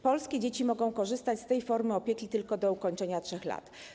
Polskie dzieci mogą korzystać z tej formy opieki tylko do ukończenia 3 lat.